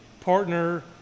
partner